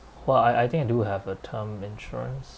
well I I think I do have a term insurance